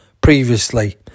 previously